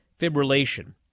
fibrillation